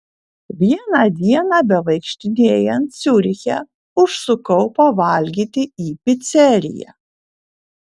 vieną dieną bevaikštinėjant ciuriche užsukau pavalgyti į piceriją